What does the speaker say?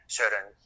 certain